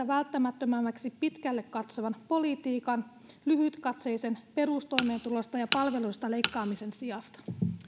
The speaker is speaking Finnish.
välttämättömämmäksi pitkälle katsovan politiikan lyhytkatseisen perustoimeentulosta ja palveluista leikkaamisen sijasta